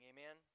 Amen